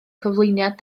cyflwyniad